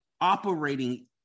operating